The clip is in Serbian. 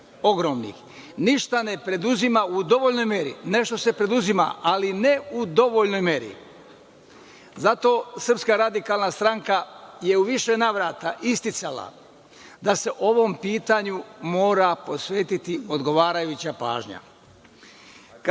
ogromnih, ništa ne preduzima u dovoljnoj meri. Nešto se preduzima, ali ne u dovoljnoj meri. Zato SRS je u više navrata isticala da se ovom pitanju mora posvetiti odgovarajuća pažnja. Što